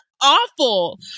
awful